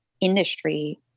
industry